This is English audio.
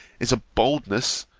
is a boldness,